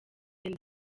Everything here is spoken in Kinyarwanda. daddy